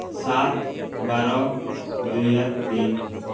ସାତ ବାର ଦୁଇ ହଜାର ତିନ